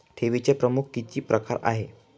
ठेवीचे प्रमुख किती प्रकार आहेत?